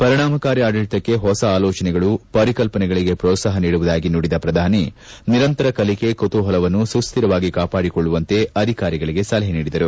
ಪರಿಣಾಮಕಾರಿ ಆಡಳಿತಕ್ಕೆ ಹೊಸ ಆಲೋಚನೆಗಳು ಪರಿಕಲ್ಪನೆಗಳಿಗೆ ಪ್ರೋತ್ಸಾಹ ನೀಡುವುದಾಗಿ ನುಡಿದ ಪ್ರಧಾನಿ ನಿರಂತರ ಕಲಿಕೆ ಕುತೂಹಲವನ್ನು ಸುಸ್ವಿರವಾಗಿ ಕಾಪಾಡಿಕೊಳ್ಳುವಂತೆ ಅಧಿಕಾರಿಗಳಿಗೆ ಸಲಹೆ ನೀಡಿದರು